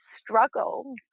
struggle